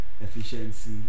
efficiency